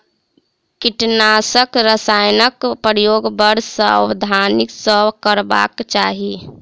कीटनाशक रसायनक प्रयोग बड़ सावधानी सॅ करबाक चाही